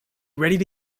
ready